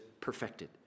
perfected